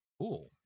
Cool